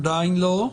חדשות כזב